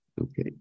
Okay